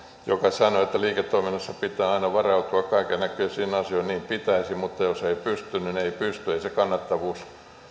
joka sanoi että liiketoiminnassa pitää aina varautua kaiken näköisiin asioihin niin pitäisi mutta jos ei pysty niin ei pysty ei se kannattavuus